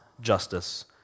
justice